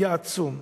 היה עצום.